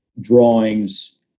drawings